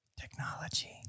technology